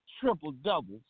triple-doubles